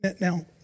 Now